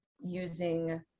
using